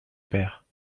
père